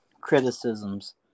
criticisms